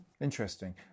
Interesting